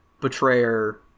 Betrayer